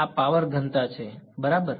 આ પાવર ઘનતા બરાબર છે